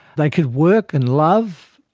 they could work and love,